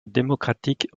démocratique